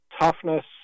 toughness